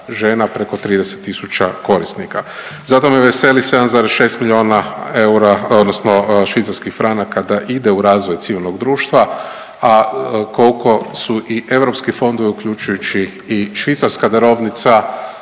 žena preko 30 tisuća korisnika. Zato me veseli 7,6 milijuna eura odnosno švicarskih franaka da ide u razvoj civilnog društva, a kolko su i europski fondovi uključujući i Švicarska darovnica